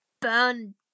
burn